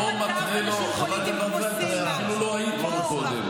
אתה מציג את זה כאילו המחנה הזה לא תקף אנשים פוליטיים כמו סילמן.